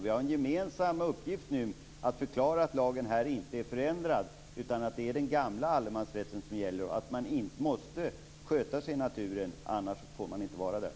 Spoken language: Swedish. Vi har nu en gemensam uppgift att förklara att lagen inte är förändrad utan att det är den gamla allemansrätten som gäller och att man måste sköta sig i naturen - annars får man inte vara där.